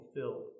fulfilled